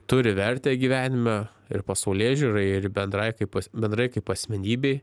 turi vertę gyvenime ir pasaulėžiūrai ir bendrai kaip bendrai kaip asmenybei